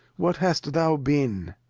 what hast thou been?